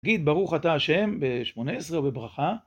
תגיד ברוך אתה השם בשמונה עשרה בברכה.